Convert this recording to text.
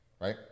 right